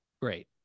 Great